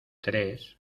tres